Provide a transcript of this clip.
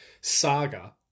Saga